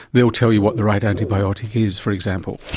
they'll tell you what the right antibiotic is, for example.